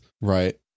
Right